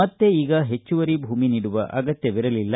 ಮತ್ತೇ ಈಗ ಹೆಚ್ಚುವರಿ ಭೂಮಿ ನೀಡುವ ಅಗತ್ಯವಿರಲಿಲ್ಲ